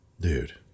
Dude